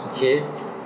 K